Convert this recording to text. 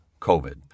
covid